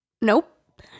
Nope